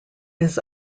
his